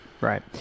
right